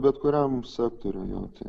bet kuriam sektoriuj jo tai